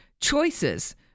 Choices